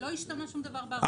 לא השתנה שום דבר ב- -- שלהם.